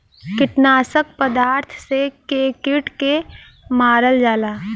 कीटनाशक पदार्थ से के कीट के मारल जाला